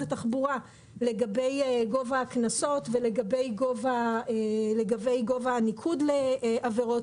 התחבורה לגבי גובה הקנסות ולגבי גובה הניקוד לעבירות.